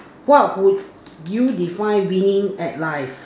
what would you define winning at life